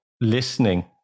listening